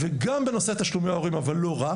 וגם בנושא תשלומי הורים, אבל לא רק.